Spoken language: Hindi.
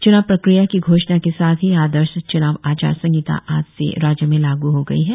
च्नाव प्रक्रिया की घोषणा के साथ ही आदर्श च्नाव आचार संहिता आज से राज्य में लागू हो गई है